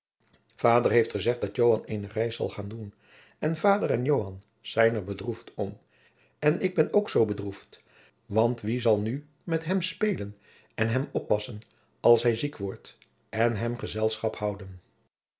vader heeft mij gezegd dat joan eene reis zal gaan doen en vader en joan zijn er bedroefd om en ik ben ook zoo bedroefd want wie zal nu met hem spelen en hem oppassen als hij ziek wordt en hem gezelschap houden